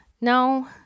No